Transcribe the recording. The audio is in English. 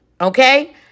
Okay